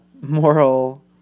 moral